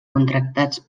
contractats